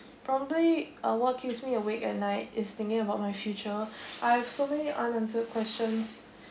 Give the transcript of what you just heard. probably uh what keeps me awake at night is thinking about my future I have so many unanswered questions